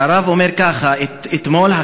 הרב אומר ככה: אתמול,